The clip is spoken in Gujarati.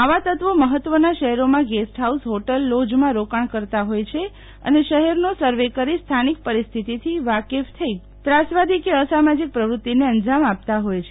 આવા તત્વી મહત્વના શહેરોમાં ગેસ્ટફાઉસ હોટલ લોજમાં રોકાણ કરતા હોય છે અને શહેરનો સર્વે કરી સ્થાનિક પેરિસ્થિતિથી વાકેફ થઇ ત્રાસવાદી કે અસામાજીક પ્રવૃતિને અંજામ આપતા હોથ છે